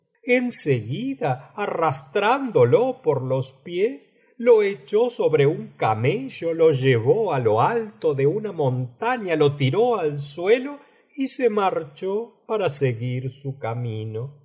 seguida arrastrándolo por los pies lo echó sobre un camello lo llevó á lo alto de una montaña lo tiró al suelo y se marchó para seguir su camino